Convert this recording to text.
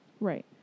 Right